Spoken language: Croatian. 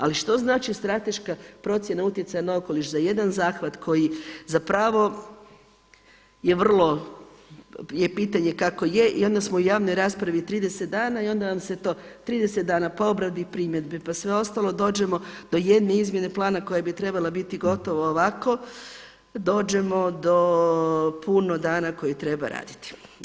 Ali što znači strateška procjene utjecaja na okoliš za jedan zahvat koji zapravo je vrlo, je pitanje kako je i onda smo u javnoj raspravi 30 dana i onda vam se to, 30 dana pa obrade primjedbi, pa sve ostalo dođemo do jedne izmjene plana koja bi trebala biti gotovo ovako dođemo do puno dana koje treba raditi.